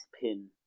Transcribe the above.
pin